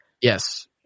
Yes